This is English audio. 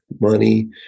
money